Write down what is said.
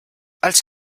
als